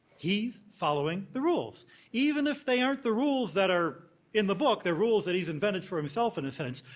he's following the rules even if they aren't the rules that are in the book the rules that he's invented for himself in a sense,